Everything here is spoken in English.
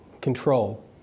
control